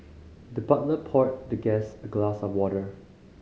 the butler poured the guest a glass of water